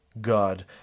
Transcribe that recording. God